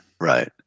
Right